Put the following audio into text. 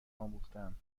آموختهام